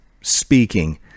speaking